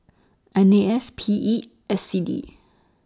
N A S P E S C D